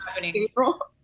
april